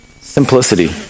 Simplicity